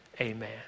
Amen